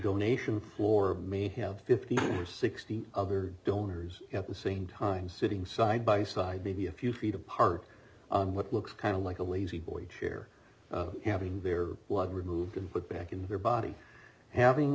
donation floor may have fifty or sixty other donors at the same time sitting side by side maybe a few feet apart on what looks kind of like a levy boy chair having their blood removed and put back in their body having